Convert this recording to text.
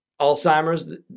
Alzheimer's